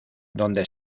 donde